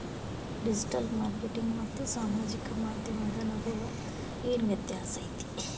digital marketing ಮತ್ತ ಸಾಮಾಜಿಕ ಮಾಧ್ಯಮದ ನಡುವ ಏನ್ ವ್ಯತ್ಯಾಸ ಐತಿ